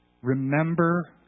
Remember